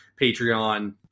Patreon